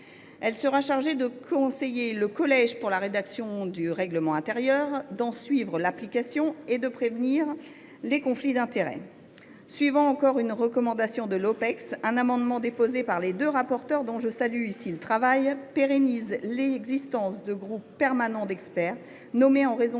Elle sera chargée de conseiller le collège pour la rédaction du règlement intérieur, d’en suivre l’application et de prévenir les conflits d’intérêts. Suivant encore une recommandation de l’Opecst, un amendement déposé par les deux rapporteurs, dont je salue le travail, vise à pérenniser l’existence de groupes permanents d’experts, nommés en raison